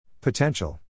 Potential